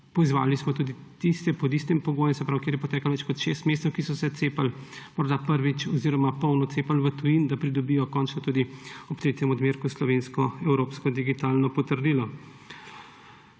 Pozvali smo tudi tiste pod istim pogojem, se pravi, kjer je poteklo več kot 6 mesecev, ki so se cepili morda prvič oziroma polno cepili v tujini, da pridobijo končno tudi ob tretjem odmerku slovensko evropsko digitalno potrdilo.